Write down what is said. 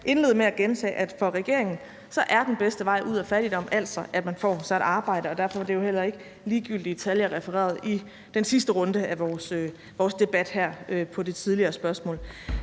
indlede med at gentage, at for regeringen er den bedste vej ud af fattigdom, at man får sig et arbejde, og derfor er det heller ikke ligegyldige tal, jeg refererede i den sidste runde af vores debat i det tidligere spørgsmål.